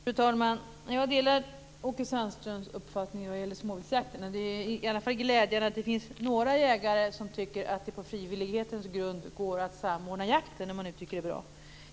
Fru talman! Jag delar Olle Lindströms uppfattning om småviltsjakten. Det är glädjande att det i alla fall finns några jägare som tycker att det går att samordna jakten på frivillighetens grund.